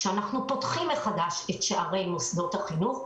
כשאנחנו פותחים מחדש את שערי מוסדות החינוך,